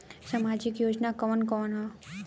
सामाजिक योजना कवन कवन ह?